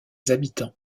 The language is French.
habitants